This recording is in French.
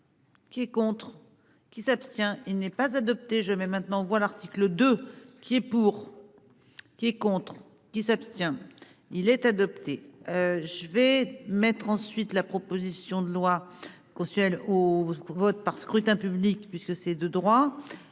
Qui est contre qui s'abstient. Il n'est pas adopté, je mais maintenant on voit l'article 2 qui est pour. Qui est contre qui s'abstient. Il est adopté. Je vais. Mettre ensuite la proposition de loi. Consensuel au vote par scrutin public puisque c'est de droit